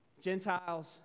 Gentiles